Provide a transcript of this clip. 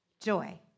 joy